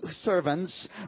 servants